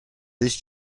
this